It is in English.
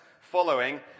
following